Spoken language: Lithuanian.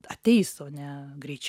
ateis o ne greičiau